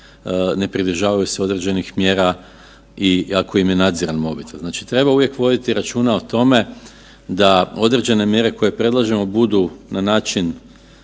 ne pridržavaju se određenih mjera i ako im je nadziran mobitel. Znači treba uvijek voditi računa o tome da određene mjere koje predložimo budu na način